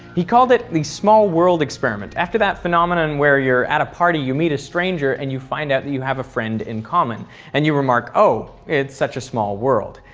he called it the small world experiment after that phenomenon where you are at a party, you meet a stranger and you find out that you have a friend in common and you remark oh, it is such a small world.